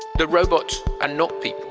the robots are not people.